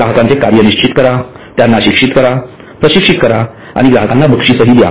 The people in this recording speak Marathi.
ग्राहकाचे कार्य निश्चित करा त्यांना शिक्षित करा प्रशिक्षित करा आणि ग्राहकांना बक्षीसहि द्या